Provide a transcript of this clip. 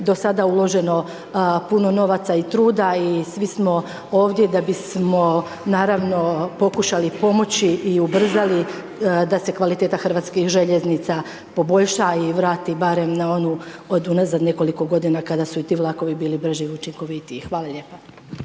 do sada uloženo puno novaca i truda i svi smo ovdje da bismo, naravno pokušali pomoći i ubrzali da se kvaliteta hrvatskih željeznica poboljša i vrati barem na onu od unazad nekoliko godina, kada su i ti vlakovi bili brži i učinkovitiji. Hvala lijepo.